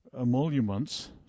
emoluments